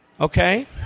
Okay